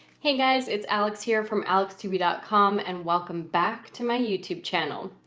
hey guys, it's alex here from alex tv dot com and welcome back to my youtube channel.